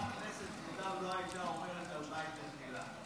כחברת כנסת מוטב שלא הייתה אומרת על ביידן מילה.